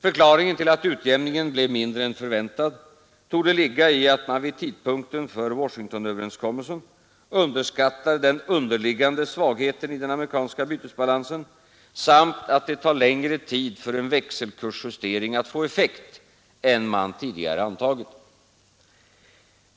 Förklaringen till att utjämningen blev mindre än förväntad torde ligga i att man vid tidpunkten för Washingtonöverenskommelsen underskattade den underliggande svagheten i den amerikanska bytesbalansen samt att det tar längre tid för en växelkursjustering att få effekt än man tidigare antagit.